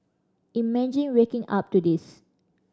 imagine waking up to this